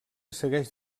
segueix